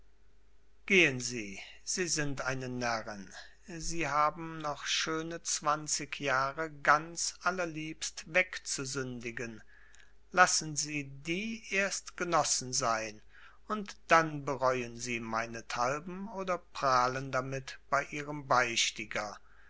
gehen sie sie sind eine närrin sie haben noch schöne zwanzig jahre ganz allerliebst wegzusündigen lassen sie die erst genossen sein und dann bereuen sie meinethalben oder prahlen damit bei ihrem beichtiger